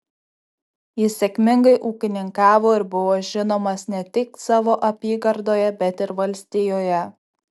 jis sėkmingai ūkininkavo ir buvo žinomas ne tik savo apygardoje bet ir valstijoje